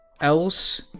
else